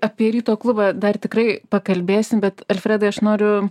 apie ryto klubą dar tikrai pakalbėsim bet alfredai aš noriu